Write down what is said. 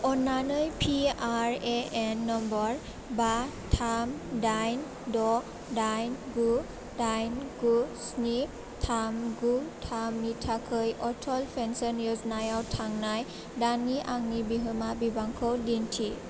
अन्नानै PRAN number बा थाम डाइन द' डाइन गु डाइन गु स्नि थाम गु थाम नि थाखाय अटल पेन्सन य'जनायाव थांनाय दाननि आंनि बिहोमा बिबांखौ दिन्थि